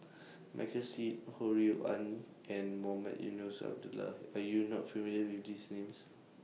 Michael Seet Ho Rui An and Mohamed Eunos Abdullah Are YOU not familiar with These Names